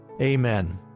Amen